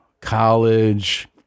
college